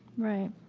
right.